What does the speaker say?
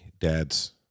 dad's